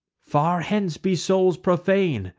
far hence be souls profane!